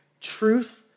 Truth